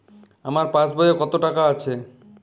আমার পাসবই এ কত টাকা আছে?